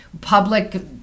public